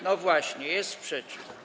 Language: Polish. No właśnie, jest sprzeciw.